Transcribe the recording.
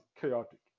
chaotic